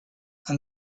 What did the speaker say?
and